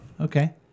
okay